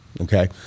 okay